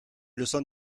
leçon